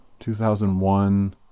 2001